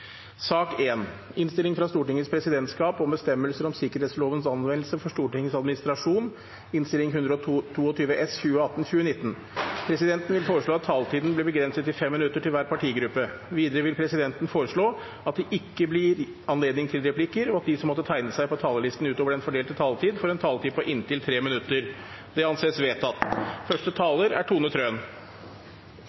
minutter til hver partigruppe. Videre vil presidenten foreslå at det ikke blir gitt anledning til replikker, og at de som måtte tegne seg på talerlisten utover den fordelte taletid, får en taletid på inntil 3 minutter. – Det anses vedtatt.